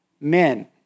Men